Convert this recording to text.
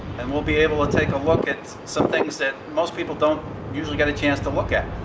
and we'll be able to take a look at some things that most people don't usually get a chance to look at.